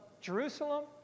Jerusalem